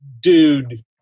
dude